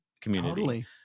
community